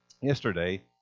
yesterday